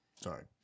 Sorry